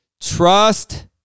Trust